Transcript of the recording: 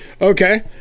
Okay